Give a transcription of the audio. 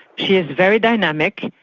she is very dynamic,